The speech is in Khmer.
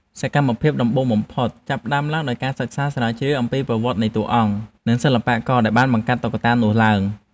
សកម្មភាពដំបូងបំផុតចាប់ផ្ដើមឡើងដោយការសិក្សាស្រាវជ្រាវអំពីប្រវត្តិនៃតួអង្គ និងសិល្បករដែលបានបង្កើតតុក្កតានោះឡើង។